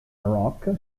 rock